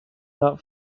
not